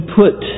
put